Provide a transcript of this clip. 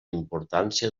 importància